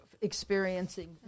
experiencing